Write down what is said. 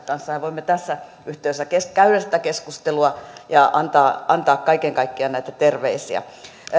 kanssa ja voimme tässä yhteydessä käydä sitä keskustelua antaa antaa kaiken kaikkiaan näitä terveisiä